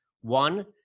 one